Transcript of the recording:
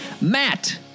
Matt